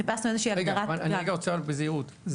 אני רוצה בזהירות,